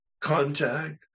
contact